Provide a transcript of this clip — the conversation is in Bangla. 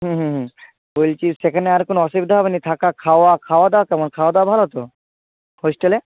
হুম হুম হুম বলছি সেখানে আর কোনো অসুবিধা হবে না থাকা খাওয়া খাওয়া দাওয়া কেমন খাওয়া দাওয়া ভালো তো হোস্টেলে